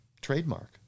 trademark